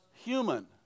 human